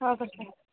okay sir